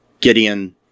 Gideon